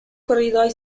corridoi